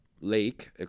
lake